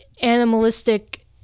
animalistic